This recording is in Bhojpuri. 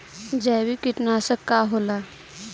जैविक कीटनाशक का होला?